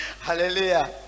Hallelujah